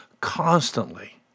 constantly